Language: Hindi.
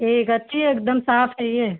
ठीक अच्छी एकदम साफ चाहिए